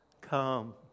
come